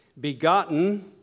Begotten